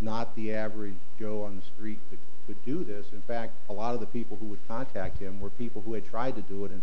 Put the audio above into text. not the average joe on the street would do this in fact a lot of the people who would contact him were people who had tried to do it and